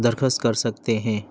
درخواست کر سکتے ہیں